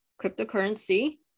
cryptocurrency